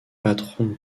patron